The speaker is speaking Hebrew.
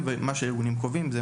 בחוק זה